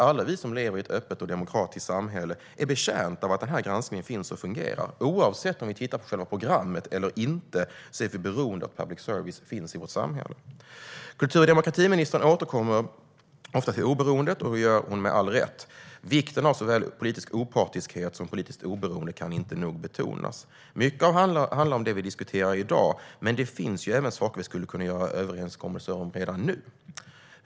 Alla vi som lever i ett öppet och demokratiskt samhälle är betjänta av att den granskningen finns och fungerar. Oavsett om vi tittar på själva programmet eller inte är vi beroende av att public service finns i vårt samhälle. Kultur och demokratiministern återkommer ofta till oberoendet. Det gör hon med all rätt. Vikten av såväl politisk opartiskhet som politiskt oberoende kan inte nog betonas. Mycket handlar om det vi diskuterar i dag, men det finns även saker vi skulle kunna göra överenskommelser om redan nu.